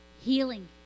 healing